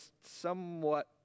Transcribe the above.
somewhat